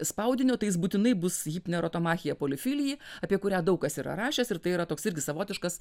spaudinio tai jis būtinai bus hipnerotomachija polifilija apie kurią daug kas yra rašęs ir tai yra toks irgi savotiškas